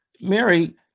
Mary